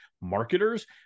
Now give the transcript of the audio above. marketers